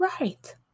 right